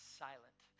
silent